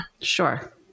Sure